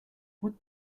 would